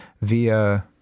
via